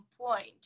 point